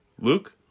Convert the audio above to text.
Luke